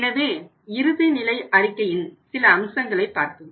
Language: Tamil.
எனவே இறுதிநிலை அறிக்கையின் சில அம்சங்களை பார்ப்போம்